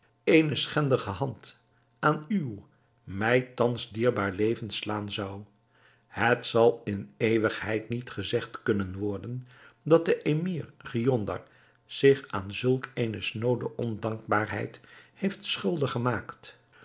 eene schendige hand aan uw mij thans dierbaar leven slaan zou het zal in eeuwigheid niet gezegd kunnen worden dat de emir giondar zich aan zulk eene snoode ondankbaarheid heeft schuldig gemaakt